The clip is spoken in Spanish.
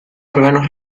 órganos